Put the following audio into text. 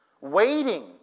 Waiting